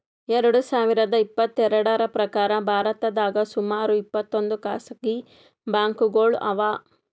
ಎರಡ ಸಾವಿರದ್ ಇಪ್ಪತ್ತೆರಡ್ರ್ ಪ್ರಕಾರ್ ಭಾರತದಾಗ್ ಸುಮಾರ್ ಇಪ್ಪತ್ತೊಂದ್ ಖಾಸಗಿ ಬ್ಯಾಂಕ್ಗೋಳು ಅವಾ